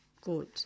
good